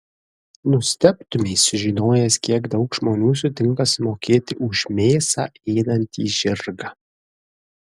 nustebtumei sužinojęs kiek daug žmonių sutinka sumokėti už mėsą ėdantį žirgą